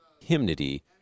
hymnody